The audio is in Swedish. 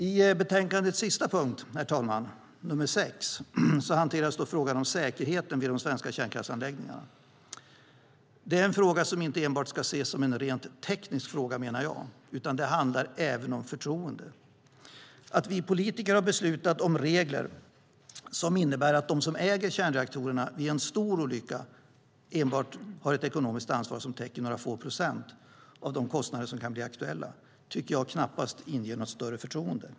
I betänkandets sista punkt, punkt 6, hanteras frågan om säkerheten vid de svenska kärnkraftsanläggningarna. Det är en fråga som inte enbart kan ses som en rent teknisk fråga, utan det handlar även om förtroende. Att vi politiker har beslutat om regler som innebär att de som äger kärnreaktorerna vid en stor olycka enbart har ett ekonomiskt ansvar som enbart täcker några få procent av de kostnader som kan bli aktuella inger knappast något större förtroende.